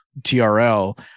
TRL